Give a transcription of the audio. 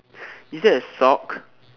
is that a sock